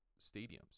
stadiums